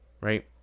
right